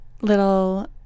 little